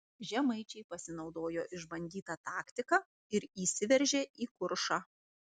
žemaičiai pasinaudojo išbandyta taktika ir įsiveržė į kuršą